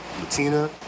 Latina